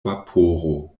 vaporo